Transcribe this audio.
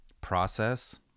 process